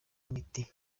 miti